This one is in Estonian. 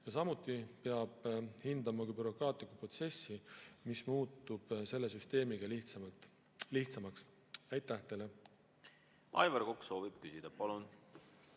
Ja samuti peab hindama seda, et bürokraatlik protsess muutub selle süsteemiga lihtsamaks. Aitäh teile!